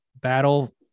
Battle